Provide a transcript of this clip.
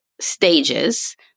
stages